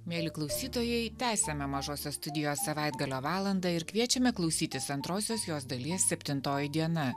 mieli klausytojai tęsiame mažosios studijos savaitgalio valandą ir kviečiame klausytis antrosios jos dalies septintoji diena